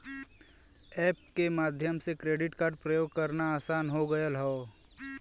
app के माध्यम से क्रेडिट कार्ड प्रयोग करना आसान हो गयल हौ